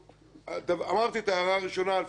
אמרתי את ההערה הראשונה לפי דעתי,